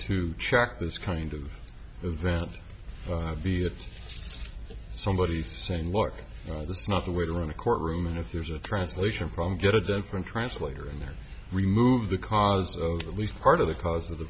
track this kind of event that somebody's saying look this is not the way to run a courtroom and if there's a translation problem get a different translator in there remove the cause at least part of the cause of the